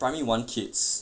primary one kids